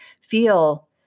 feel